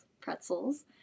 pretzels